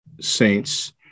saints